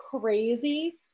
crazy